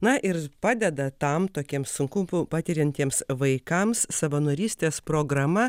na ir padeda tam tokiem sunkumų patiriantiems vaikams savanorystės programa